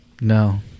No